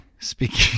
Speaking